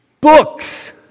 Books